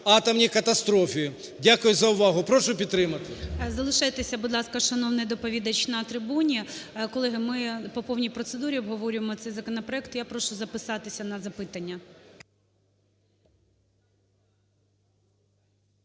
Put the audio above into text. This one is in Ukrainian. атомній катастрофі. Дякую за увагу. Прошу підтримати. ГОЛОВУЮЧИЙ. Залишайтеся, будь ласка, шановний доповідач, на трибуні. Колеги, ми по повній процедурі обговорюємо цей законопроект. Я прошу записатися на запитання.